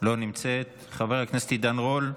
לא נמצאת, חבר הכנסת עידן רול,